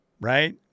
right